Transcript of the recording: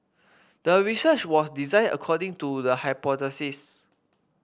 the research was designed according to the hypothesis